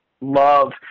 love